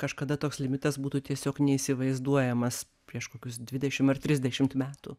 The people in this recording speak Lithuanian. kažkada toks limitas būtų tiesiog neįsivaizduojamas prieš kokius dvidešim ar trisdešimt metų